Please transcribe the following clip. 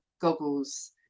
goggles